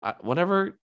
whenever